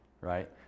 right